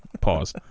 Pause